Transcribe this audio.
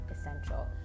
essential